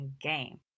game